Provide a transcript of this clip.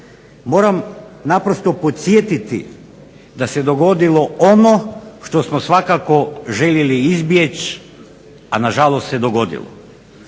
Moram naprosto podsjetiti da se dogodilo ono što smo svakako željeli izbjeći, a nažalost se dogodilo.